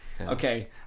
Okay